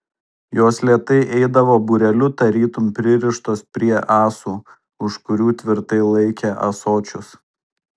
jos lėtai eidavo būreliu tarytum pririštos prie ąsų už kurių tvirtai laikė ąsočius